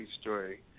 story